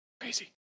Crazy